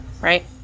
right